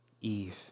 Eve